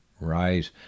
Right